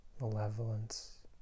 malevolence